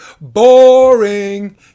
boring